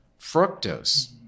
fructose